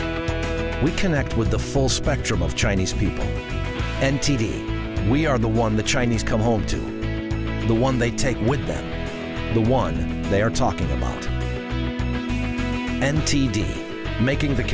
coup we connect with the full spectrum of chinese people and t v we are the one the chinese come home to the one they take with them the one they are talking about and t d s making th